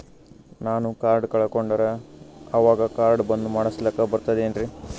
ನಾನು ಕಾರ್ಡ್ ಕಳಕೊಂಡರ ಅವಾಗ ಕಾರ್ಡ್ ಬಂದ್ ಮಾಡಸ್ಲಾಕ ಬರ್ತದೇನ್ರಿ?